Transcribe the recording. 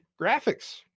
graphics